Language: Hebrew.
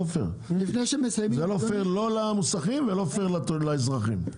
לא פייר למוסכים וגם לא לאזרחים.